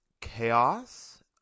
chaos